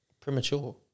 Premature